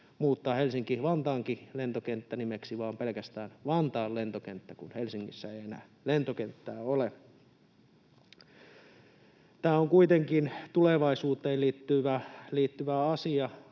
muuttaa Helsinki-Vantaankin lentokentän nimeksi vain pelkästään Vantaan lentokenttä, kun Helsingissä ei enää lentokenttää ole? Tämä on kuitenkin tulevaisuuteen liittyvä asia.